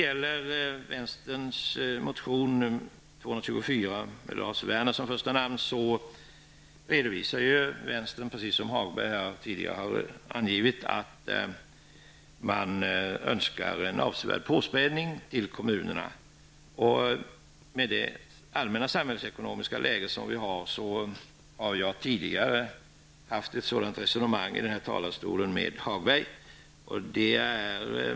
I vänsterns motion 224 med Lars Werner som första namn redovisas, precis som Lars-Ove Hagberg har gjort här, att vänstern vill ha en avsevärd påspädning till kommunerna. Jag har tidigare fört ett sådant resonemang från denna talarstol med Lars-Ove Hagberg.